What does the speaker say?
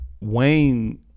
Wayne